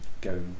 go